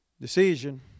Decision